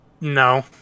No